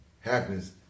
happiness